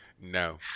No